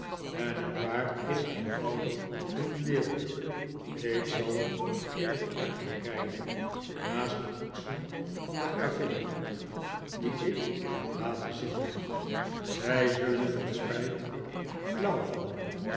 en het paard is eenvoudig een juweel ik zal er in het park mee rijden naast de koetsen van de gravinnen die ik heb laten zitten zij zullen van spijt